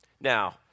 Now